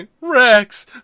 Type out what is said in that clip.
Rex